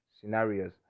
scenarios